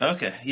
Okay